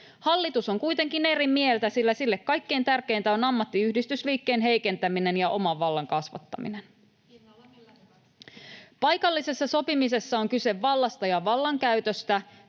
Hallitus on kuitenkin eri mieltä, sillä sille kaikkein tärkeintä on ammattiyhdistysliikkeen heikentäminen ja oman vallan kasvattaminen. [Pia Lohikoski: Hinnalla millä hyvänsä!] Paikallisessa sopimisessa on kyse vallasta ja vallankäytöstä.